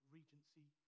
Regency